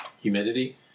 humidity